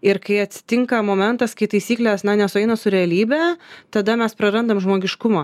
ir kai atsitinka momentas kai taisyklės nesueina su realybe tada mes prarandam žmogiškumą